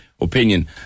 Opinion